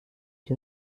die